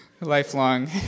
Lifelong